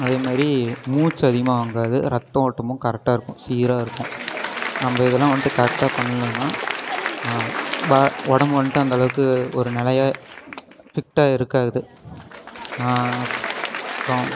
அதே மாதிரி மூச்சு அதிகமாக வாங்காது ரத்த ஓட்டமும் கரெக்டாக இருக்கும் சீராக இருக்கும் நம்ம இதல்லாம் வந்துட்டு கரெக்டாக பண்ணலேனா பா உடம்பு வந்துட்டு அந்தளவுக்கு ஒரு நிலையா ஃபிட்டாக இருக்காது அப்றம்